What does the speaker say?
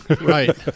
Right